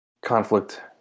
conflict